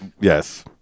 Yes